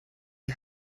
die